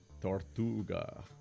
Tortuga